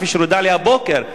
כפי שנודע לי הבוקר,